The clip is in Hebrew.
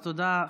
תודה.